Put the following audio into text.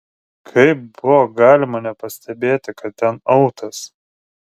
kaip buvo galima nepastebėti kad ten autas